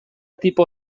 tipo